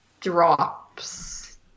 drops